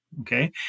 Okay